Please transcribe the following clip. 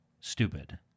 stupid